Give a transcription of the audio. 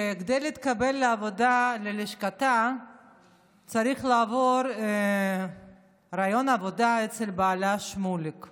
שכדי להתקבל לעבודה בלשכתה צריך לעבור ריאיון עבודה אצל בעלה שמוליק.